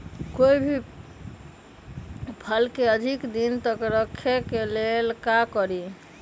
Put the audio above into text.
कोई भी फल के अधिक दिन तक रखे के लेल का करी?